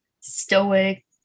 stoic